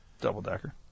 Double-decker